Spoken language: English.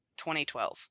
2012